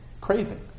craving